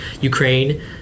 ukraine